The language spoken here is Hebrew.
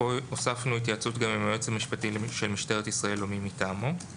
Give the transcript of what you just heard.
כאן הוספנו התייעצות גם עם היועץ המשפטי של משטרת ישראל או מטעמו.